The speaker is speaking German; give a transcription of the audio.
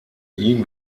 ihn